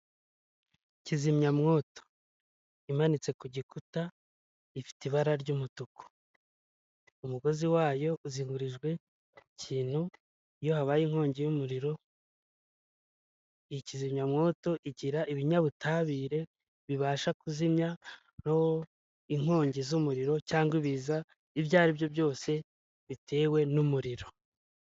Kizimyamwoto imanitse ku gikuta ifite ibara ry'umutuku. Umugozi wayo uzihurijwe kintu iyo habaye inkongi y'umuriro iyi ikizimyamwoto igira ibinyabutabire bibasha kuzimyaro inkongi z'umuriro cyangwa ibiza ibyo aribyo byose bitewe n'umuriro.